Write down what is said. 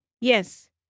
Yes